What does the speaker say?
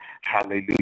Hallelujah